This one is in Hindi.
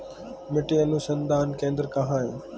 मिट्टी अनुसंधान केंद्र कहाँ है?